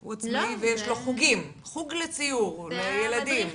שהוא עצמאי ויש לו חוגים, חוג לציור לילדים.